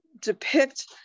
depict